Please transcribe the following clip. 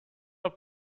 are